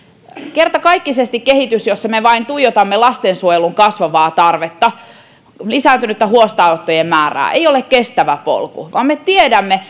kertakaikkisesti kehitys jossa me vain tuijotamme lastensuojelun kasvavaa tarvetta lisääntynyttä huostaanottojen määrää ei ole kestävä polku vaan me tiedämme